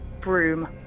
Broom